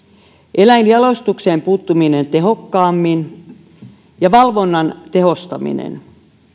eläinjalostukseen puuttuminen tehokkaammin ja valvonnan tehostaminen